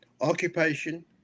occupation